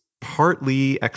partly